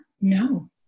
No